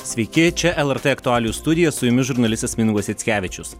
sveiki čia lrt aktualijų studija su jumis žurnalistas mindaugas jackevičius